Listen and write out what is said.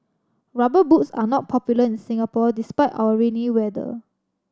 Rubber Boots are not popular in Singapore despite our rainy weather